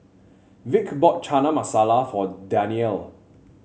Vick bought Chana Masala for Danielle